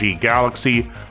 Galaxy